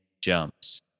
jumps